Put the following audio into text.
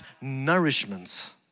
nourishment